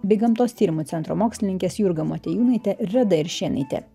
bei gamtos tyrimų centro mokslininkės jurga motiejūnaitė reda iršėnaitė